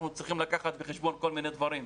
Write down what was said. צריכים לקחת בחשבון כל מיני דברים.